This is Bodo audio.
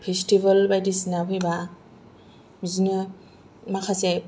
फेस्टिभेल बायदिसिना फैबा बिदिनो माखासे